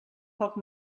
poc